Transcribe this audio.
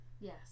Yes